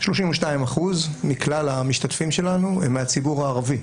32% מכלל המשתתפים שלנו הם מהציבור הערבי,